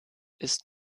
ist